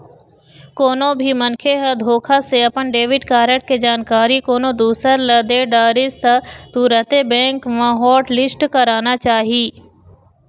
कोनो भी मनखे ह धोखा से अपन डेबिट कारड के जानकारी कोनो दूसर ल दे डरिस त तुरते बेंक म हॉटलिस्ट कराना चाही